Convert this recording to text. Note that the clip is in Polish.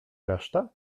resztę